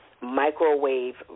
microwave